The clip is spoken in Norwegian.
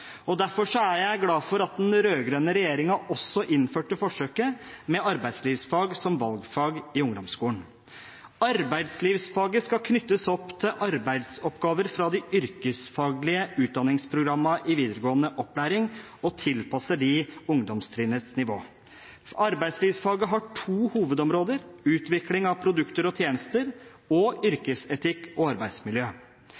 er jeg glad for at den rød-grønne regjeringen også innførte forsøket med arbeidslivsfag som valgfag i ungdomsskolen. Arbeidslivsfaget skal knyttes opp mot arbeidsoppgaver fra de yrkesfaglige utdanningsprogrammene i videregående opplæring og tilpasse dem ungdomstrinnets nivå. Arbeidslivsfaget har to hovedområder: utvikling av produkter og tjenester og yrkesetikk og arbeidsmiljø.